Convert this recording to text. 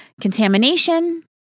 contamination